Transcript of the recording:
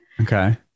Okay